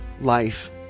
life